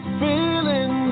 feeling